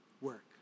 work